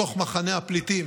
בתוך מחנה הפליטים